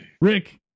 Rick